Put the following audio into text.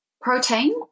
Protein